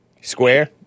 Square